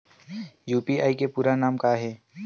UPI के पूरा नाम का ये?